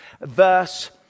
verse